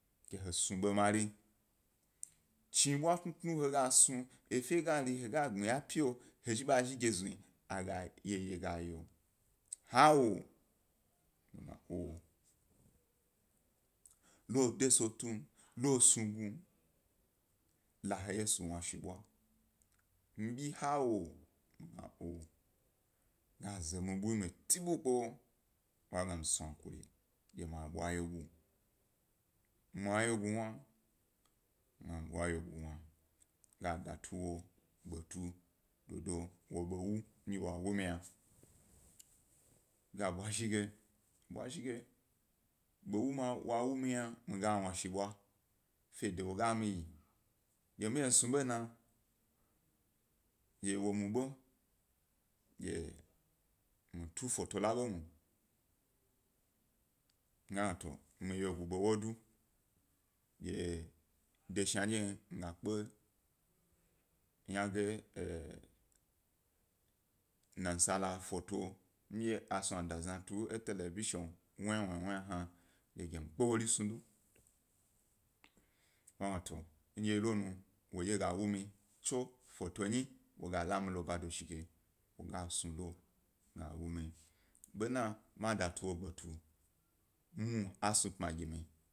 Ke he snu ḃe mari, chi ebwa tnutnu ndye he gas nu efe gari ha ga gnaya epyi he zhi ḃa zhi geznu yeye gay o, ha wo miga ooo. Lo de sutum, lo snu gum, la he yesu wna shi ḃwa mi bi ha wo mi gna oo, ga ze mi bu mi ti ḃukpe wo, wo ga gna dye mi snu an kuri dye mi ḃwa wyegu, ma gwyegu wna mi ga bwa wyego wna ga dabu wo gbetu, dodo wa be wu wawu mi yna, ga ḃwa zhige, ga bwa zhi ge wo bewu wa mi yna mmi ga wna shi ḃwa, ḃwa zhi ge fe do we ga mi yi dye mi ye mi snub o na, dye wo mu ḃo, dye mi tu fota la ḃo mu, mi ga gna to mi wyego aḃe wodo, dye de ghandye mi ga kpe nasara foto ndye a snu a da zni tu e telebi ho wuya hna dye ke mi kpe wori snu do. Wa ga gna to ndye ho nu wo gdye ga wu mi tso foto nyi hai wo ga la mi lo ba dozhi ge. Wo gas nu lo ga wu mi, ḃena ma da tu wo ḃegbetu, muhni a snu pmi gi mi.